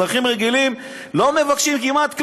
אזרחים רגילים לא מבקשים כמעט כלום,